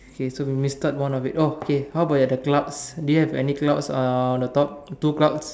okay so we missed out one of it oh K how about your the clouds do you have any clouds uh on the top two clouds